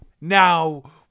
Now